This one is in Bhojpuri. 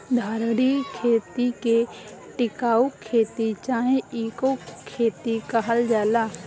धारणीय खेती के टिकाऊ खेती चाहे इको खेती कहल जाला